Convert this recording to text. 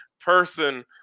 person